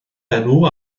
enw